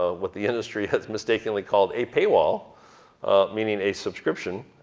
ah what the industry has mistakenly called a paywall meaning a subscription.